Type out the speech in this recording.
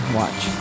watch